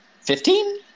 Fifteen